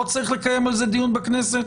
לא צריך לקיים על זה דיון בכנסת?